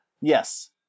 Yes